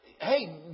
Hey